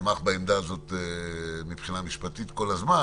שתמך בעמדה הזאת כל הזמן.